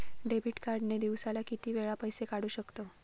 Debit card ने दिवसाला किती वेळा पैसे काढू शकतव?